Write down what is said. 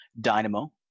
Dynamo